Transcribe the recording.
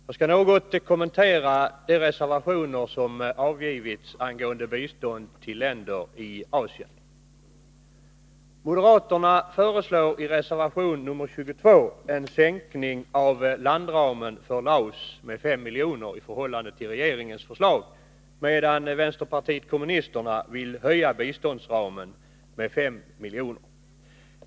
Herr talman! Jag skall något kommentera de reservationer som avgivits angående bistånd till länder i Asien. Moderaterna föreslår i reservation nr 22 en sänkning av landramen för Laos med 5 miljoner i förhållande till regeringens förslag, medan vänsterpartiet kommunisterna vill höja biståndsramen med 5 miljoner.